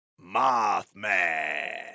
Mothman